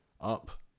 up